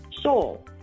soul